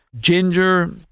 ginger